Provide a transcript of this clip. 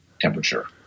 temperature